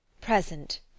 present